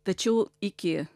tačiau iki